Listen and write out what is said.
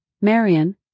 Marion